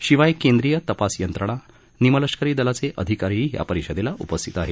शिवाय केंद्रीय तपास यंत्रणा निमलष्करी दलाचे अधिकारीही या परिषदेला उपस्थित आहेत